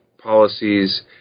policies